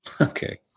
Okay